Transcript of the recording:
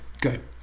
Good